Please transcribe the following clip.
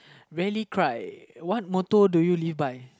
rarely cry what motto do you live by